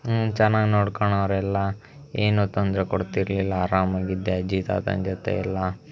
ಚೆನ್ನಾಗಿ ನೋಡ್ಕಳೋರ್ ಎಲ್ಲ ಏನೂ ತೊಂದರೆ ಕೊಡ್ತಿರಲಿಲ್ಲ ಅರಾಮಾಗಿದ್ದೆ ಅಜ್ಜಿ ತಾತನ ಜೊತೆಯೆಲ್ಲ